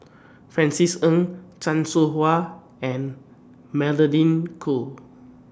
Francis Ng Chan Soh Ha and Magdalene Khoo